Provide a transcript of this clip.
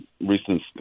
recent